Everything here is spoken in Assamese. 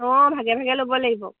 অঁ ভাগে ভাগে ল'ব লাগিব